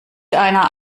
einer